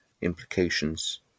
implications